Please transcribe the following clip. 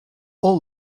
all